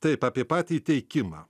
taip apie patį įteikimą